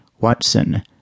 Watson